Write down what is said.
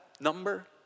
number